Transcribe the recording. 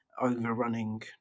overrunning